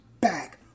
back